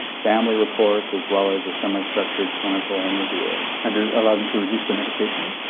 family report as well as a semi-structured clinical interview. and did it allow them to reduce their medication?